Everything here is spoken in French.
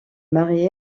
marié